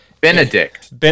Benedict